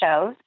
shows